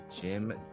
jim